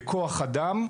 בכוח אדם,